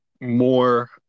more